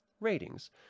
Ratings